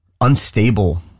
unstable